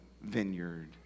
vineyard